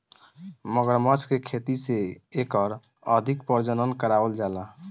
मगरमच्छ के खेती से एकर अधिक प्रजनन करावल जाला